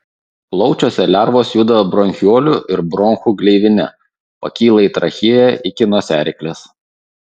plaučiuose lervos juda bronchiolių ir bronchų gleivine pakyla į trachėją iki nosiaryklės